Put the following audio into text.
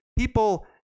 People